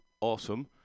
awesome